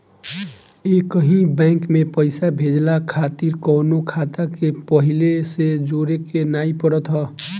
एकही बैंक में पईसा भेजला खातिर कवनो खाता के पहिले से जोड़े के नाइ पड़त हअ